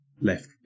left